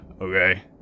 okay